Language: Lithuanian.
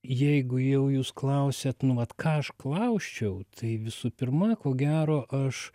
jeigu jau jūs klausiat nu vat ką aš klausčiau tai visų pirma ko gero aš